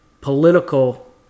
political